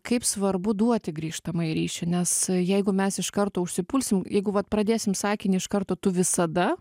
kaip svarbu duoti grįžtamąjį ryšį nes jeigu mes iš karto užsipulsim jeigu vat pradėsim sakinį iš karto tu visada